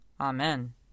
Amen